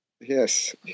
Yes